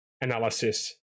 analysis